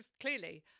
clearly